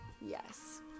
Yes